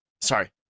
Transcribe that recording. Sorry